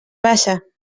passa